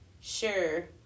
sure